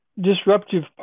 disruptive